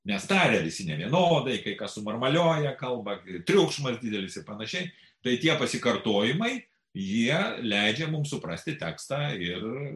nes taria visi nevienodai kai kas sumarmaliuoja kalbą triukšmas didelis ir panašiai tai tie pasikartojimai jie leidžia mums suprasti tekstą ir